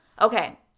Okay